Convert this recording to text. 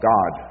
God